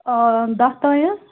دَہ تانٮ۪تھ